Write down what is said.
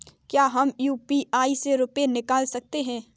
क्या हम यू.पी.आई से रुपये निकाल सकते हैं?